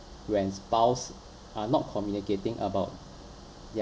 when spouse are not communicating about